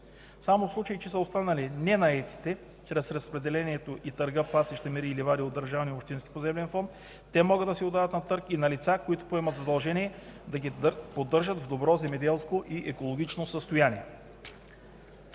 Само в случаи, че са останали ненаети с разпределението и търга пасища, мери и ливади от държавния и общински поземлен фонд, те могат да се отдават на търг и на лица, които поемат задължение да ги поддържат в добро земеделско и екологично състояние.